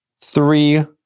three